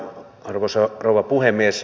arvoisa rouva puhemies